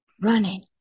running